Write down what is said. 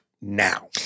now